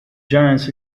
giants